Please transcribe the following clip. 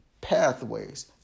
pathways